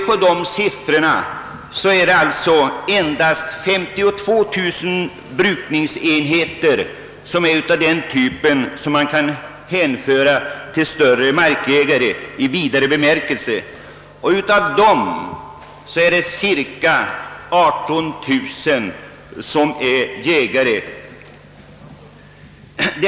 Vi finner alltså att endast 52 000 markägare är att hänföra till gruppen större markägare, och av dessa är cirka 18 000 jägare.